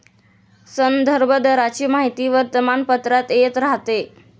संदर्भ दराची माहिती वर्तमानपत्रात येत राहते